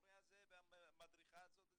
המורה הזה והמדריכה הזאת,